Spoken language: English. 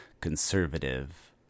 conservative